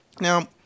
Now